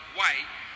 White